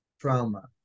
trauma